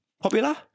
Popular